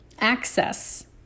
access